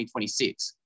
2026